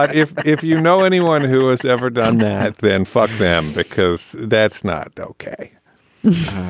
but if if you know anyone who has ever done that, then fuck them because that's not ok